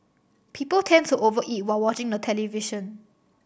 people tend to over eat while watching the television